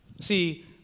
See